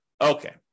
Okay